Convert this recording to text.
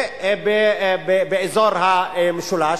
ובאזור המשולש,